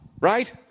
Right